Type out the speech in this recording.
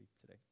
today